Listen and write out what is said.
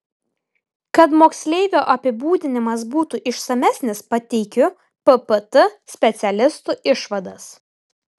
kad moksleivio apibūdinimas būtų išsamesnis pateikiu ppt specialistų išvadas